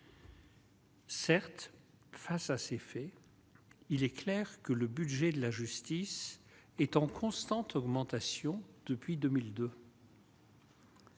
Certes, face à ces faits, il est clair que le budget de la justice est en constante augmentation depuis 2002.